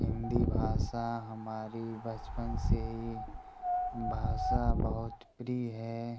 हिन्दी भाषा हमारी बचपन से ही भाषा बहुत प्रिय है